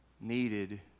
needed